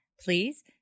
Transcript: Please